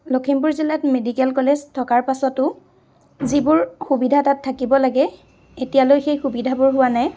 লখিমপুৰ জিলাত medical college থকাৰ পাছতো যিবোৰ সুবিধা তাত থাকিব লাগে এতিয়ালৈ সেই সুবিধাবোৰ হোৱা নাই